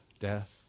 death